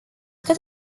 cât